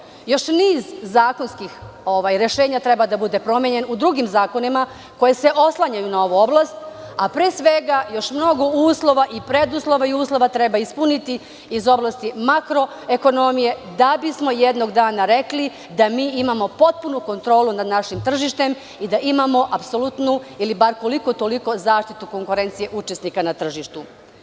Treba da bude promenjeno još niz zakonskih rešenja u drugim zakonima, koja se oslanjaju na ovu oblast, a pre svega još mnogo uslova i preduslova treba ispuniti iz oblasti makroekonomije da bismo jednog dana rekli da imamo potpunu kontrolu nad našim tržištem i da imamo apsolutnu ili bar koliko toliku zaštitu konkurencije učesnika na tržištu.